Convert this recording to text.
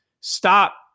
stop